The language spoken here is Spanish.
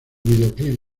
videoclip